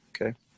okay